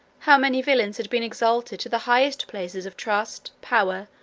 how many villains had been exalted to the highest places of trust, power,